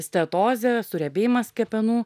stetozė suriebėjimas kepenų